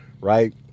Right